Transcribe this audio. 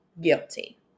guilty